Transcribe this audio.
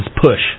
push